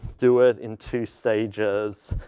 do it in two stages.